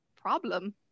problem